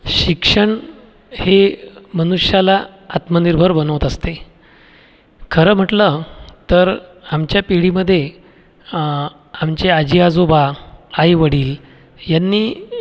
शिक्षण हे मनुष्याला आत्मनिर्भर बनवत असते खरं म्हटलं तर आमच्या पिढीमध्ये आमचे आजी आजोबा आईवडील यांनी